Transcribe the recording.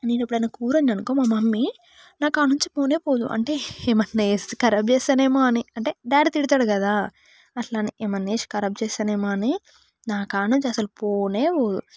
నేను ఎప్పుడైన్నా కూర వండినాను అనుకో మా మమ్మీ నాకాడ నుంచి పోనే పోదు అంటే ఏమన్నా వేస్తే కరాబ్ చేస్తానేమో అని అంటే డాడీ తిడతాడు కదా అట్లా అని ఏమన్నా వేసి ఖరాబ్ చేస్తానేమో అని నా కాడ నుంచి అసలు పోనే పోదు